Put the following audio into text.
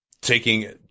taking